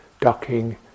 ducking